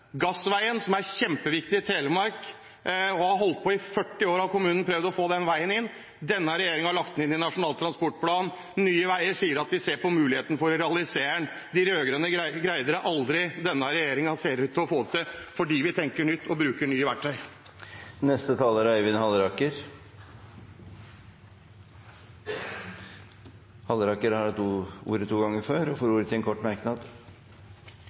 Gassveien, som er kjempeviktig i Telemark, og som kommunen har prøvd å få inn i 40 år, har denne regjeringen lagt inn i Nasjonal transportplan. Nye Veier sier de ser på muligheten for å realisere den. De rød-grønne greide det aldri. Denne regjeringen ser ut til å få det til fordi vi tenker nytt og bruker nye verktøy. Representanten Øyvind Halleraker har hatt ordet to ganger tidligere og får ordet til en kort merknad,